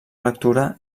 lectura